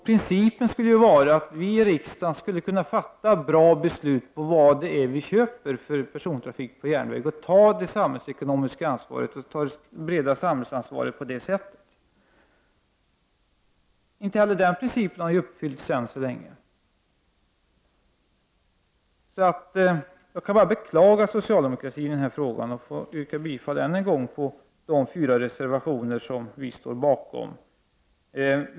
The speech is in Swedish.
Principen skulle vara att vi i Sveriges riksdag skulle fatta bra beslut om vilken sorts persontrafik på järnvägen vi skall köpa, ta det samhällsekonomiska ansvaret och på det sättet ta det breda samhällsansvaret. Inte heller den principen har fullföljts. Jag kan bara beklaga socialdemokratin i denna fråga och yrka bifall än en gång till de fyra reservationer som vi står bakom.